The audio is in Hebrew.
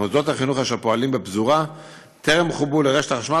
מוסדות החינוך אשר פועלים בפזורה טרם חוברו לרשת החשמל